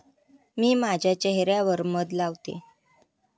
मी माझ्या चेह यावर मध लावते